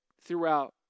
throughout